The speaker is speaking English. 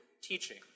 teaching